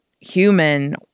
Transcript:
human